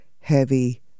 heavy